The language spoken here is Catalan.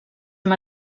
amb